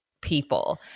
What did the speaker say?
people